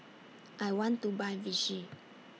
I want to Buy Vichy